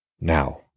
Now